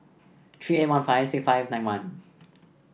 three eight one five six five nine one